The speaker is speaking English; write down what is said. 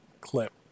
clip